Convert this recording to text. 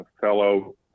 fellow